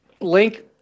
Link